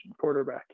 quarterback